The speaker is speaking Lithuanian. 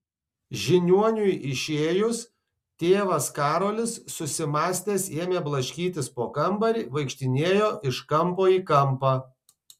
žiniuoniui išėjus tėvas karolis susimąstęs ėmė blaškytis po kambarį vaikštinėjo iš kampo į kampą